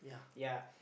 yea